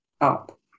up